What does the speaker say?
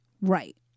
Right